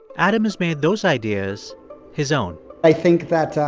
adam has made those ideas his own i think that, ah